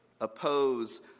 oppose